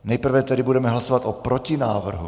Nejprve tedy budeme hlasovat o protinávrhu.